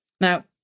Now